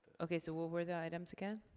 okay, so what were the items again?